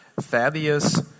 Thaddeus